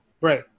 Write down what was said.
Right